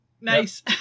Nice